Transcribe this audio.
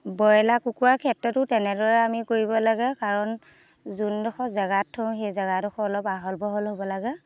broiler কুকুৰাৰ ক্ষেত্ৰতো তেনেদৰে আমি কৰিব লাগে কাৰণ যোনডোখৰ জেগাত থওঁ সেই জেগাডোখৰ অলপ আহল বহল হ'ব লাগে